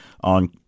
on